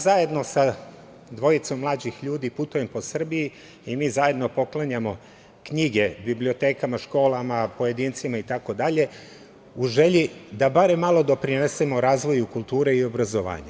Zajedno sa dvojicom mlađih ljudi putujem po Srbiji i mi zajedno poklanjamo knjige, bibliotekama, školama, pojedincima, itd. u želji da barem malo doprinesemo razvoju kulture i obrazovanja.